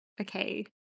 Okay